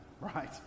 right